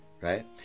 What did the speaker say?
right